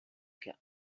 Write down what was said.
cas